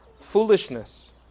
foolishness